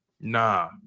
Nah